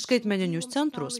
skaitmeninius centrus